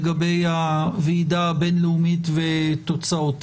לגבי הוועידה הבין לאומית ותוצאותיה,